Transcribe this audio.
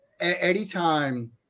anytime